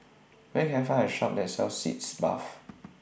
Where Can I Find A Shop that sells Sitz Bath